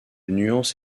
nuances